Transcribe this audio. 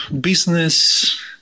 business